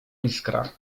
iskra